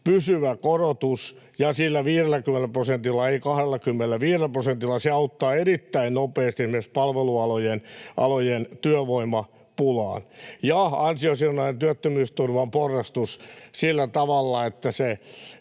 pysyvä korotus ja sillä 50 prosentilla, ei 25 prosentilla. Se auttaa erittäin nopeasti esimerkiksi palvelualojen työvoimapulaan. Ja ansiosidonnaisen työttömyysturvan porrastus sillä tavalla, että